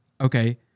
okay